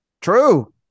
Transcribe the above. True